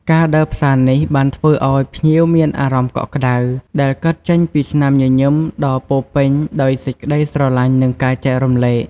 ការដើរផ្សារនេះ បានធ្វើឲ្យភ្ញៀវមានអារម្មណ៍កក់ក្តៅ ដែលកើតចេញពីស្នាមញញឹមដ៏ពោរពេញដោយសេចក្តីស្រលាញ់ និងការចែករំលែក។